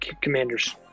commanders